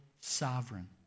sovereign